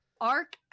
arc